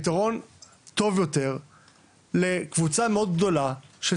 פתרון טוב יותר לקבוצה מאוד גדולה של